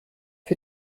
für